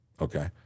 Okay